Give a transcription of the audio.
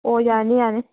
ꯑꯣ ꯌꯥꯔꯅꯤ ꯌꯥꯔꯅꯤ